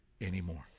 anymore